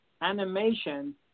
animation